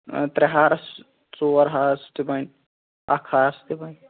آ ترٛےٚ ہارٕس ژور ہارٕس تہِ بَنہِ اکھ ہارٕس تہِ بَنہِ